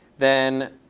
then